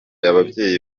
ababyeyi